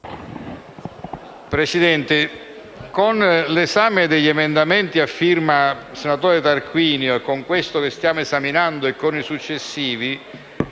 Presidente, in occasione dell'esame degli emendamenti a firma del senatore Tarquinio, di questo che stiamo esaminando e dei successivi,